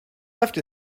left